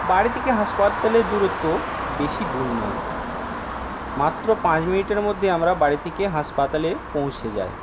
বাড়ি থেকে হাসপাতালের দূরত্ব বেশি দূর নয় মাত্র পাঁচ মিনিটের মধ্যেই আমরা বাড়ি থেকে হাসপাতালে পৌঁছে যাই